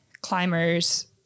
climbers